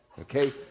Okay